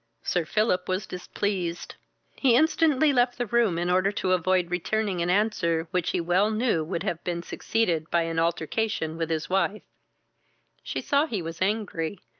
sir philip was displeased he instantly left the room in order to avoid returning an answer which he well knew would have been succeeded by an altercation with his wife she saw he was angry,